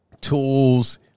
Tools